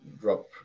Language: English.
drop